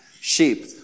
Sheep